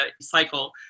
cycle